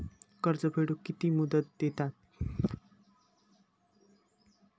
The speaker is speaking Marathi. कर्ज फेडूक कित्की मुदत दितात?